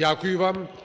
ГОЛОВУЮЧИЙ.